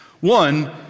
One